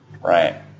Right